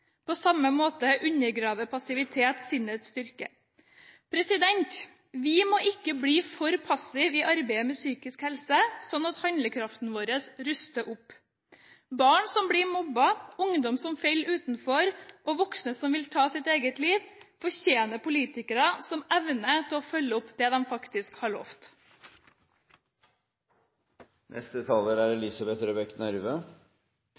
På samme måte undergraver passivitet sinnets styrke.» Vi må ikke bli så passive i arbeidet med psykisk helse at handlekraften vår ruster opp. Barn som blir mobbet, ungdommer som faller utenfor, og voksne som vil ta sitt eget liv, fortjener politikere som evner å følge opp det de faktisk har